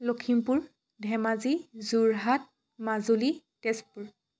Lakhimpur Dhemaji Jorhat Majuli Tezpur